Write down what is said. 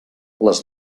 les